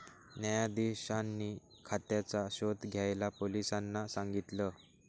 न्यायाधीशांनी खात्याचा शोध घ्यायला पोलिसांना सांगितल